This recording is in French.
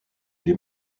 des